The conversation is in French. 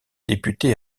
députés